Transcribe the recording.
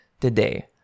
today